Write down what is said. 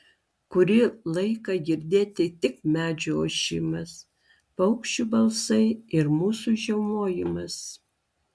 kurį laiką girdėti tik medžių ošimas paukščių balsai ir mūsų žiaumojimas